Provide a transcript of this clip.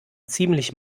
ziemlich